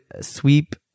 sweep